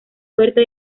suerte